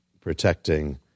protecting